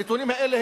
הנתונים האלה,